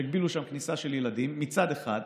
שהגבילו שם כניסה של ילדים, מצד אחד.